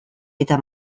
eta